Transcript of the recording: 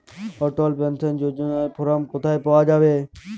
অটল pension যোজনার form কোথায় পাওয়া যাবে?